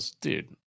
dude